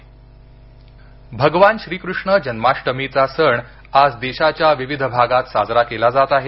राष्ट्रपती जन्माष्टमी भगवान श्रीकृष्ण जन्माष्टमीचा सण आज देशाच्या विविध भागात साजरा केला जात आहे